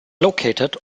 located